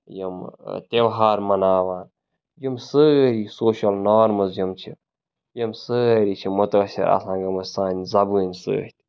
یِم تہوار مَناوان یِم سٲری سوشَل نارمٕز یِم چھِ یِم سٲری چھِ مُتٲثر آسان گٔمٕتۍ سانہِ زَبٲنۍ سۭتۍ